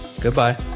Goodbye